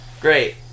Great